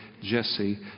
Jesse